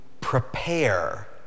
prepare